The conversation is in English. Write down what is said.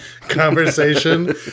conversation